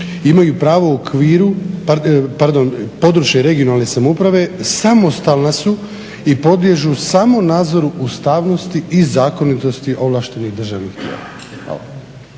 imaju pravo u okviru, pardon, područje regionalne samouprave samostalna su i podliježu samo nadzoru ustavnosti i zakonitosti ovlaštenih državnih